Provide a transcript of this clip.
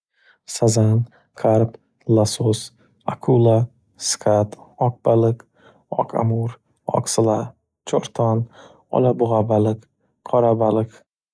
Sazan, karp, lasos, akula, skat, oq baliq, oq amur, oq sla, cho'rton, olabug'abalik, qorabalik.